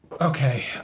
Okay